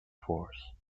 force